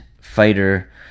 fighter